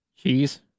Cheese